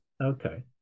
Okay